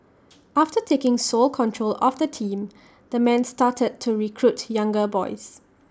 after taking sole control of the team the man started to recruit younger boys